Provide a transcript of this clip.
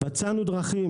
מצאנו דרכים.